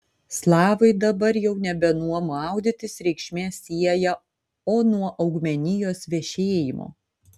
slavai dabar jau nebe nuo maudytis reikšmės sieja o nuo augmenijos vešėjimo